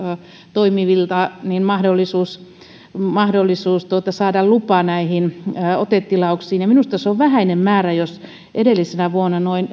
toimivilta mahdollisuus mahdollisuus saada lupa näihin otetilauksiin ja minusta se on vähäinen määrä jos edellisenä vuonna vain noin